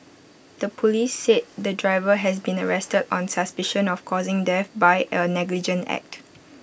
the Police said the driver has been arrested on suspicion of causing death by A negligent act